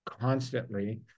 constantly